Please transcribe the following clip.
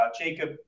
Jacob